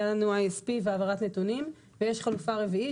היה לנו ISP והעברת נתונים ויש חלופה רביעית